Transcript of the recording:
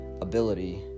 ability